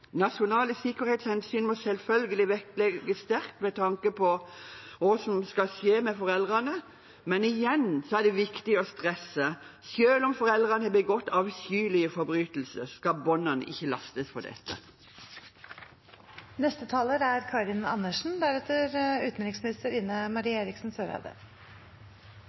Nasjonale sikkerhetshensyn må selvfølgelig vektlegges sterkt med tanke på hva som skal skje med foreldrene, men igjen er det viktig å stresse at selv om foreldrene har begått avskyelige forbrytelser, skal barna ikke lastes for dette. Først er